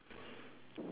eh auntie